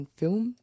film